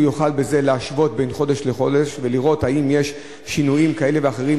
הוא יוכל כך להשוות בין חודש לחודש ולראות אם יש שינויים כאלה או אחרים,